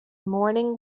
morning